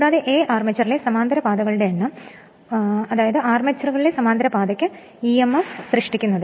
കൂടാതെ A അർമേച്ചറിലെ സമാന്തര പാതകളുടെ എണ്ണം ഉദാ ആർമേച്ചറിലെ സമാന്തര പാതയ്ക്ക് ഇ എം എഫ് സൃഷ്ടിച്ചു